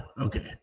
Okay